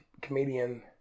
comedian